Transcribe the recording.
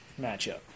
matchup